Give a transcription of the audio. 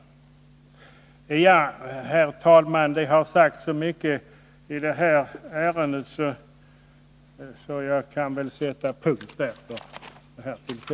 Herr talman! Det har sagts så mycket i detta ärende att jag nu sätter punkt.